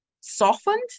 softened